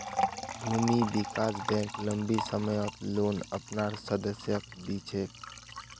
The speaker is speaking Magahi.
भूमि विकास बैंक लम्बी सम्ययोत लोन अपनार सदस्यक दी छेक